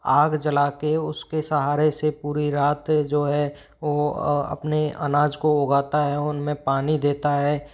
आग जला कर उसके सहारे से पूरी रात जो है वो अपने अनाज को उगाता है उन में पानी देता है